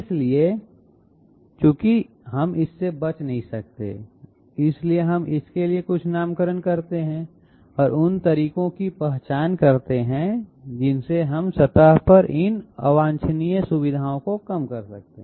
इसलिए चूंकि हम इससे बच नहीं सकते हैं इसलिए हम इसके लिए कुछ नामकरण करते हैं और उन तरीकों की पहचान करते हैं जिनसे हम सतह पर इन अवांछनीय सुविधाओं को कम कर सकते हैं